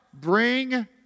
bring